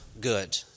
good